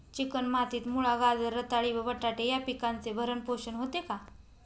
Chicken मातीत मुळा, गाजर, रताळी व बटाटे या पिकांचे भरण पोषण होते का?